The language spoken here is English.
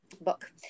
book